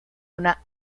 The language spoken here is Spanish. una